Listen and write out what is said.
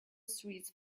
streets